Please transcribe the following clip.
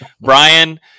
Brian